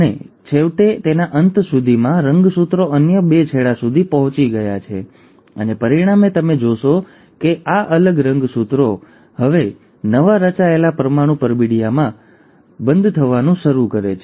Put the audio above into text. અને છેવટે તેના અંત સુધીમાં રંગસૂત્રો અન્ય બે છેડા સુધી પહોંચી ગયા છે અને પરિણામે તમે જોશો કે આ અલગ રંગસૂત્રો હવે નવા રચાયેલા પરમાણુ પરબિડીયામાં બંધ થવાનું શરૂ કરે છે